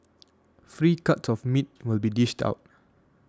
free cuts of meat will be dished out